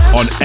on